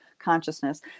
consciousness